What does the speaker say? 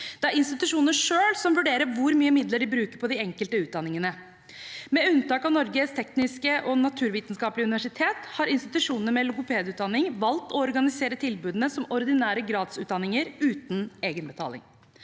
Det er institusjonene selv som vurderer hvor mye midler de bruker på de enkelte utdanningene. Med unntak av Norges teknisk-naturvitenskapelige universitet har institusjoner med logopedutdanning valgt å organisere tilbudene som ordinære gradsutdanninger uten egenbetaling.